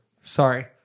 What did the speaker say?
Sorry